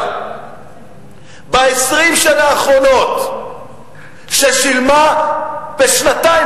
כלשהי ב-20 השנה האחרונות ששילמה בשנתיים,